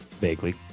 vaguely